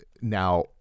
Now